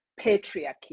patriarchy